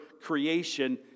creation